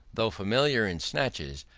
though familiar in snatches,